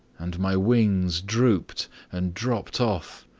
and my wings drooped and dropped off.